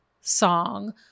song